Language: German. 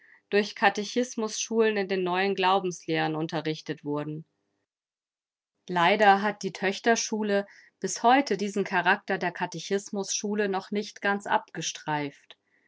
durch katechismusschulen in den neuen glaubenslehren unterrichtet wurden leider hat die töchterschule bis heute diesen charakter der katechismusschule noch nicht ganz abgestreift